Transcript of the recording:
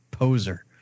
poser